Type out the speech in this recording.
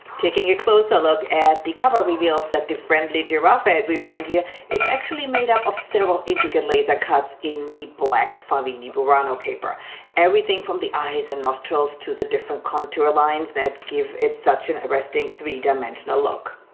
taking a closer look at the cover reveals that the friendly giraffe head we find here is actually made up of several intricate laser cuts in the black favini burano paper everything from the eyes and nostrils to the different contour lines that give it such an arresting three-dimensional look.